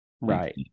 Right